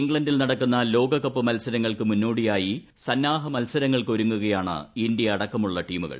ഇംഗ്ലണ്ടിൽ നടക്കുന്ന ലോകകപ്പ് മൽസരങ്ങൾക്ക് മുന്നോടിയായി സന്നാഹ മൽസരങ്ങൾക്ക് ഒരുങ്ങുകയാണ് ഇന്ത്യ അടക്കമുള്ള ടീമുകൾ